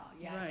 yes